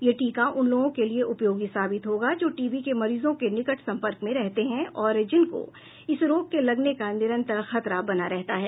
यह टीका उन लोगों के लिए उपयोगी साबित होगा जो टीबी के मरीजों के निकट सम्पर्क में रहते हैं और जिनको इस रोग के लगने का निरंतर खतरा बना रहता है